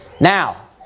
Now